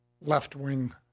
left-wing